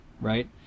right